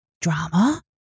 drama